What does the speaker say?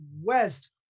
West